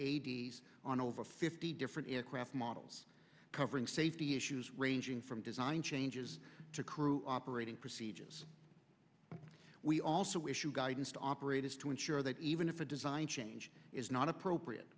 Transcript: d s on over fifty different aircraft models covering safety issues ranging from design changes to crew operating procedures we also issued guidance to operate is to ensure that even if a design change is not appropriate